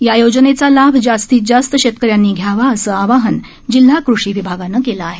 या योजनेचा लाभ जास्तीत जास्त शेतकऱ्यांनी घ्यावा असं आवाहन जिल्हा कषी विभागानं केलं आहे